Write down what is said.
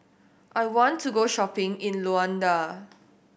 I want to go shopping in Luanda